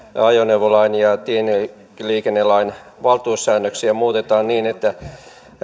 ajoneuvolain ja tieliikennelain valtuussäännöksiä muutetaan niin että